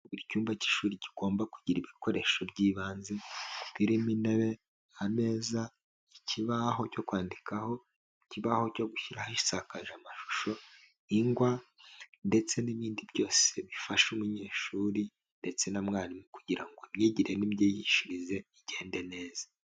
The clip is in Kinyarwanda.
Buri cyumba cy'ishuri kigomba kugira ibikoresho by'ibanze birimo intebe, ameza, ikibaho cyo kwandikaho, ikibaho cyo gushyiraho isakazashusho, ingwa ndetse n'ibindi byose bifasha umunyeshuri ndetse na mwarimu kugira ngo imyigire n'imyigishirize igende neza.